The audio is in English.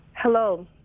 Hello